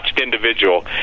individual